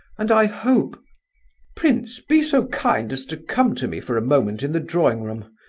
and i hope prince, be so kind as to come to me for a moment in the drawing-room,